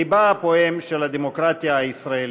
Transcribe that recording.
לבה של הדמוקרטיה הישראלית.